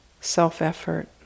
self-effort